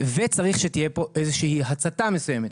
וצריך שתהיה פה איזושהי הצתה מסוימת,